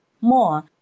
more